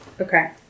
Okay